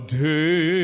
day